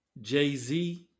Jay-Z